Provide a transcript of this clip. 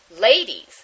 Ladies